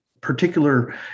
particular